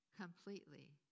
completely